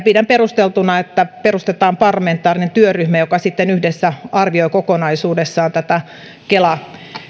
pidän perusteltuna että perustetaan parlamentaarinen työryhmä joka sitten yhdessä arvioi kokonaisuudessaan tätä kela